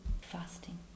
fasting